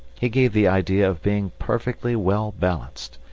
he gave the idea of being perfectly well-balanced,